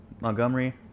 Montgomery